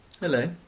Hello